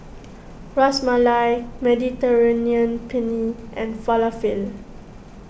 Ras Malai Mediterranean Penne and Falafel